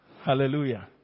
Hallelujah